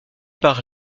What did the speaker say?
par